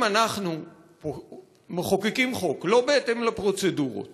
אם אנחנו מחוקקים חוק שלא בהתאם לפרוצדורות